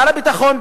שר הביטחון,